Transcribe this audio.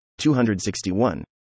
261